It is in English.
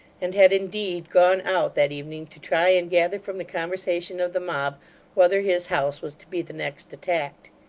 and had indeed gone out that evening to try and gather from the conversation of the mob whether his house was to be the next attacked.